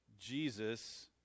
Jesus